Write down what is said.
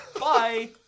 Bye